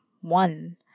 one